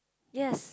yes